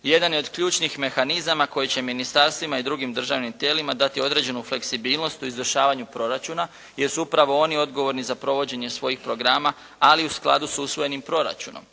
jedan je od ključnih mehanizama koje će ministarstvima i drugim državnim tijelima dati određenu fleksibilnost u izvršavanju proračuna, jer su upravo oni odgovorni za provođenje svojih programa, ali u skladu s usvojenim proračunom.